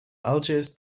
algiers